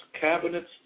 cabinets